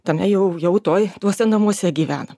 tame jau jau tuoj tuose namuose gyvena